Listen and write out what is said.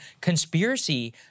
conspiracy